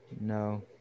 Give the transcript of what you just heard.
No